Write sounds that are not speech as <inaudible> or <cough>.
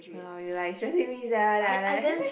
!walao! you like stressing me sia then I'm like <laughs>